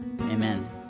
amen